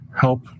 help